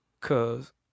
cause